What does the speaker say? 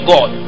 God